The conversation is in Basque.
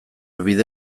bide